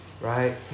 Right